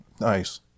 Nice